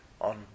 on